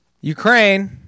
Ukraine